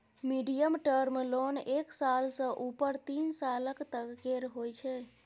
medium term loan एक साल सँ उपर तीन सालक तक केर होइ छै